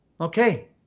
Okay